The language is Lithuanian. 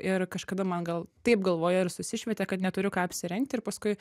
ir kažkada man gal taip galvoje ir susišvietė kad neturiu ką apsirengt ir paskui